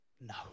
No